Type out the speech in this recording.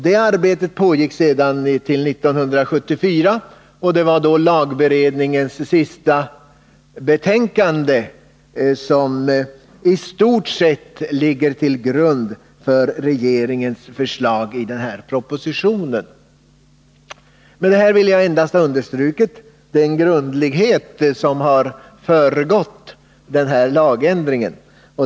Det arbetet pågick till 1974, och det är i stort sett lagberedningens sista betänkande som ligger till grund för regeringens förslag i den aktuella propositionen. Med det här vill jag endast understryka den grundlighet som föregått denna lagändring.